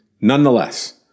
Nonetheless